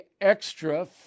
extra